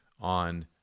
on